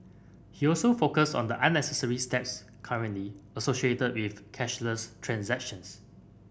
he also focused on the unnecessary steps currently associated with cashless transactions